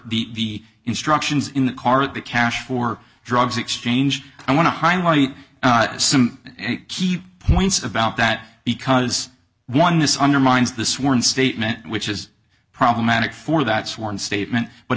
for the instructions in the car at the cash for drugs exchange i want to highlight some key points about that because one this undermines the sworn statement which is problematic for that sworn statement but